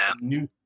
New